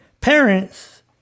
parents